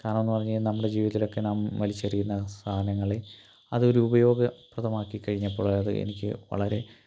കാരണമെന്ന് പറഞ്ഞാൽ നമ്മുടെ ജീവിതത്തിൽ ഒക്കെ നാം വലിച്ചെറിയുന്ന സാധനങ്ങളെ അതൊരു ഉപയോഗപ്രദമാക്കി കഴിഞ്ഞപ്പോളത് എനിക്ക് വളരെ